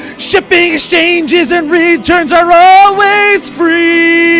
shipping, exchanges and returns are always free,